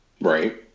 Right